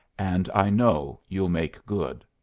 and i know you'll make good.